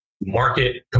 market